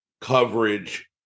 coverage